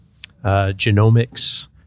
genomics